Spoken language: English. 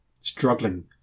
struggling